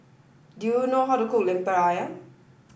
do you know how to cook Lemper Ayam